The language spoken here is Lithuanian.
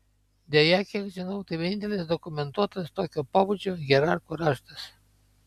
deja kiek žinau tai vienintelis dokumentuotas tokio pobūdžio hierarchų raštas